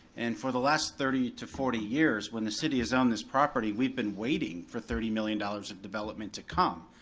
and for the last thirty to forty years, when the city has owned this property, we've been waiting for thirty million dollars of development to come.